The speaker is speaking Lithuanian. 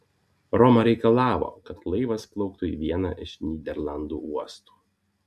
roma reikalavo kad laivas plauktų į vieną iš nyderlandų uostų